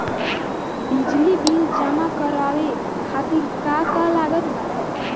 बिजली बिल जमा करावे खातिर का का लागत बा?